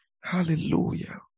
Hallelujah